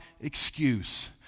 excuse